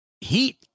heat